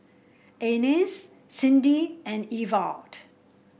Ines Cindi and Ewald